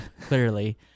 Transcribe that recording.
clearly